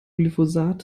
glyphosat